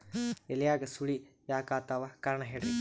ಎಲ್ಯಾಗ ಸುಳಿ ಯಾಕಾತ್ತಾವ ಕಾರಣ ಹೇಳ್ರಿ?